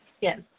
Yes